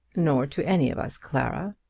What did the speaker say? nor to any of us, clara.